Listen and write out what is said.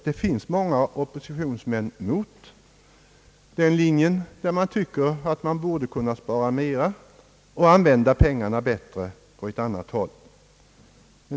Det finns många oppositionsmän mot den linjen, som tycker att man borde kunna spara mera och använda pengarna bättre på annat håll.